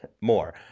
more